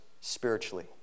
spiritually